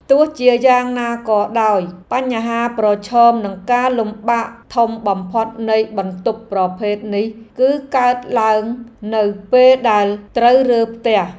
ទោះជាយ៉ាងណាក៏ដោយបញ្ហាប្រឈមនិងការលំបាកធំបំផុតនៃបន្ទប់ប្រភេទនេះគឺកើតឡើងនៅពេលដែលត្រូវរើផ្ទះ។